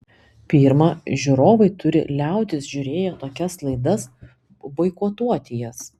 pirma žiūrovai turi liautis žiūrėję tokias laidas boikotuoti jas